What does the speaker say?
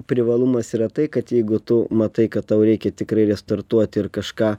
privalumas yra tai kad jeigu tu matai kad tau reikia tikrai startuoti ir kažką